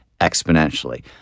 exponentially